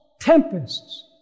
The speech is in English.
tempests